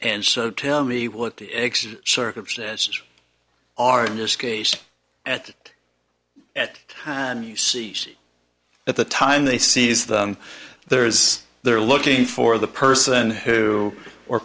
and so tell me what the exigent circumstances are in this case at at and you see at the time they sees them there is they're looking for the person who or